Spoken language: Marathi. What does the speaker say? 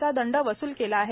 चा दंड वसूल केला आहे